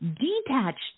detached